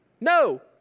No